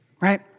right